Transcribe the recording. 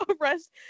arrest